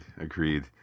agreed